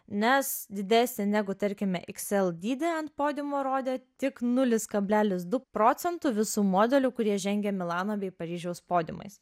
nes didesnį negu tarkime iks el dydį ant podiumo rodė tik nulis kablelis du procentų visų modelių kurie žengia milano bei paryžiaus podiumais